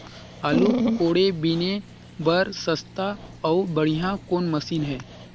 आलू कोड़े बीने बर सस्ता अउ बढ़िया कौन मशीन हे?